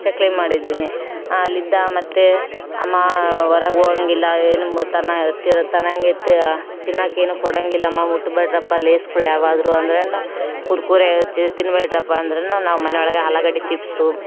ಚಕ್ಲಿ ಮಾಡಿದ್ದೀನಿ ಅಲ್ಲಿದ್ದ ಮತ್ತೆ ಅಮ್ಮ ಹೊರಗೆ ಹೋಗಂಗಿಲ್ಲ ಏನು ಮು ತನ್ನ ಹತ್ತಿರ ತನಗೆ ತಿನ್ನೋಕ್ಕೇನು ಕೊಡೋಂಗಿಲ್ಲ ಅಮ್ಮ ಮುಟ್ಟ ಬೇಡ್ರಪ್ಪಲ್ಲಿ ಲೇಸ್ ಕುರ್ಕುರೆ ಹಚ್ಚಿ ತಿನ್ಬೇಡ್ರಪ್ಪ ಅಂದ್ರೂ ನಾವು ಮನೆಯೊಳಗೆ ಆಲೂಗಡ್ಡೆ ಚಿಪ್ಸು